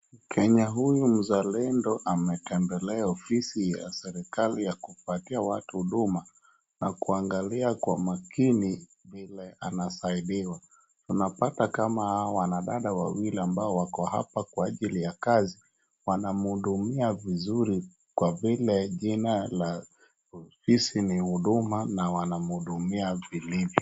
Mkenya huyu mzalendo ametembelea ofisi ya serikali ya kupatia watu huduma na kuangalia kwa makini vile anasaidiwa. Unapata kama hawa wanadada ambao wako hapa kwa ajili ya kazi wanamhudumia vizuri kwa vile jina la ofisi ni huduma na wanamhudumia vizuri.